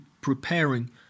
preparing